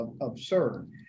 absurd